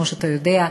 כמו שאתה יודע,